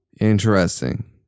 Interesting